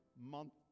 month